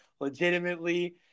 legitimately